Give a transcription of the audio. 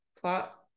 plot